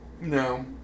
No